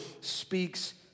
speaks